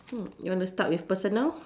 hmm you want to start with personal